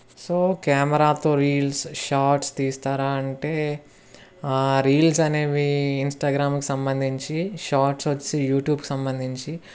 so కెమెరాతో reels shorts తీస్తారా అంటే రీల్స్ అనేవి ఇన్స్టాగ్రామ్కి సంబంధించి షార్ట్స్ వచ్చేసి యూట్యూబ్కి సంబంధించి